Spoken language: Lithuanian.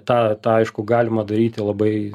tą aišku galima daryti labai